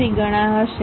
82 ગણા હશે